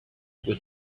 with